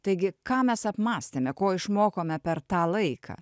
taigi ką mes apmąstėme ko išmokome per tą laiką